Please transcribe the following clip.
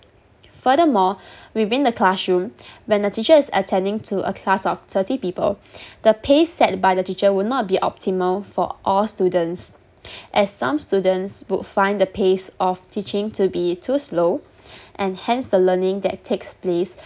furthermore within the classroom when the teacher is attending to a class of thirty people the pace set by the teacher would not be optimal for all students as some students would find the pace of teaching to be too slow and hence the learning that takes place